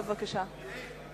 בבקשה.